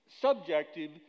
Subjective